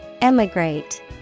Emigrate